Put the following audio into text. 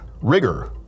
rigor